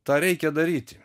tą reikia daryti